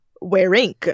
wearing